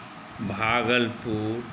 Bhagalpur